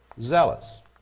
zealous